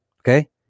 Okay